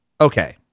Okay